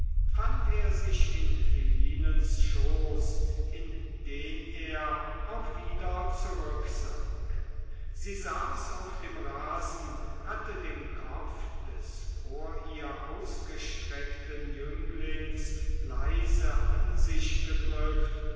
fand er sich in philinens schoß in den er auch wieder zurücksank sie saß auf dem rasen hatte den kopf des vor ihr ausgestreckten jünglings leise an sich gedrückt